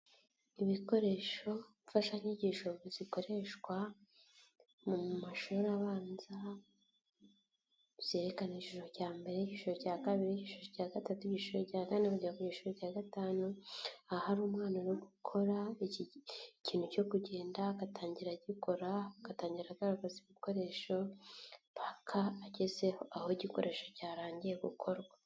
Ibikoresho mfashanyigisho zikoreshwa mu mashuri abanza, byerekana icyiciro cya mbere, icyiciro cya kabiri, icyiciro cya gatatu, icyiciro cya kane kugera ku cyiciro cya gatanu, ahari umwana uri gukora iki ikintu cyo kugenda agatangira agikora, agatangira agaragaza ibikoresho mpaka agezeho aho igikoresho cyarangiye gukorwa.